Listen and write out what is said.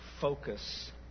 focus